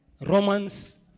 Romans